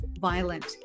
violent